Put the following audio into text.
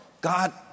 God